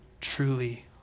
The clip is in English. truly